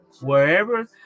wherever